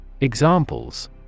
Examples